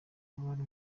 bari